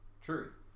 truth